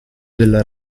della